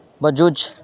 بجچھ